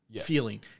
feeling